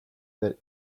that